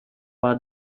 war